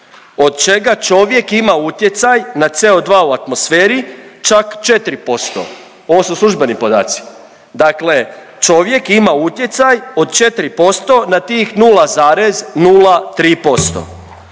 od čega čovjek ima utjecaj na CO2 u atmosferi čak 4%, ovo su službeni podaci, dakle čovjek ima utjecaj od 4% na tih 0,03%.